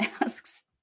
asks